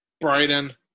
Brighton